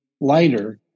lighter